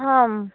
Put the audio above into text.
हम